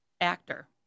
actor